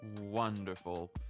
Wonderful